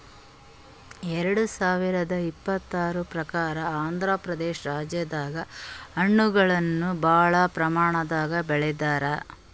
ಎರಡ ಸಾವಿರದ್ ಇಪ್ಪತರ್ ಪ್ರಕಾರ್ ಆಂಧ್ರಪ್ರದೇಶ ರಾಜ್ಯದಾಗ್ ಹಣ್ಣಗಳನ್ನ್ ಭಾಳ್ ಪ್ರಮಾಣದಾಗ್ ಬೆಳದಾರ್